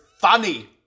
funny